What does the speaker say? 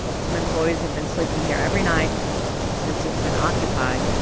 some employees have been sleeping here every night since it's been occupied